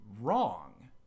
wrong